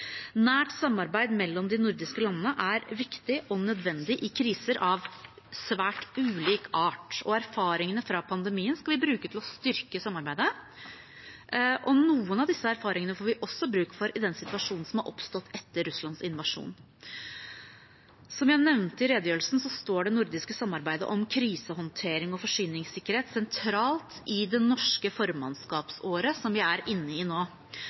Nært samarbeid mellom de nordiske landene er viktig og nødvendig i kriser av svært ulik art. Erfaringene fra pandemien skal vi bruke til å styrke samarbeidet, og noen av disse erfaringene får vi også bruk for i den situasjonen som har oppstått etter Russlands invasjon. Som jeg nevnte i redegjørelsen, står det nordiske samarbeidet om krisehåndtering og forsyningssikkerhet sentralt i det norske formannskapsåret, som vi er inne i nå.